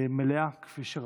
מלאה, כפי שראוי.